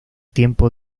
tiempo